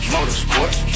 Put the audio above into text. Motorsports